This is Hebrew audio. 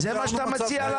זה מה שאתה מציע לנו?